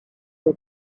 for